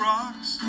Rocks